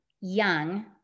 Young